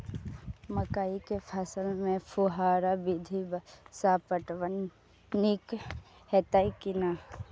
मकई के फसल में फुहारा विधि स पटवन नीक हेतै की नै?